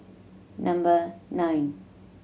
number nine